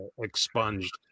expunged